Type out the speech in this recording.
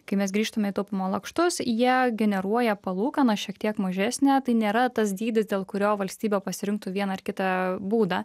kai mes grįžtume į taupymo lakštus jie generuoja palūkaną šiek tiek mažesnę tai nėra tas dydis dėl kurio valstybė pasirinktų vieną ar kitą būdą